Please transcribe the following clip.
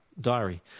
diary